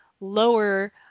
lower